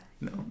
no